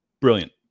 brilliant